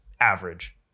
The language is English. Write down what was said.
average